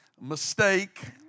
mistake